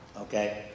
Okay